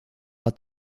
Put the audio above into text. war